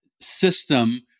system